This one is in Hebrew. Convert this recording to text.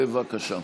בבקשה.